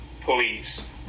police